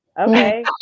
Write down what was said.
Okay